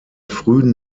frühen